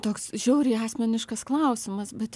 toks žiauriai asmeniškas klausimas bet